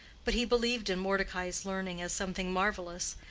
but he believed in mordecai's learning as something marvellous,